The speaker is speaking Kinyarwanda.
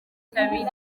bitabiriye